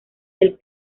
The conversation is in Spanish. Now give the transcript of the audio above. del